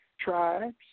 Tribes